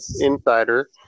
insider